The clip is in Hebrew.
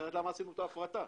עשינו את ההפרטה,